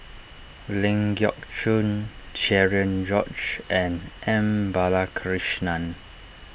Ling Geok Choon Cherian George and M Balakrishnan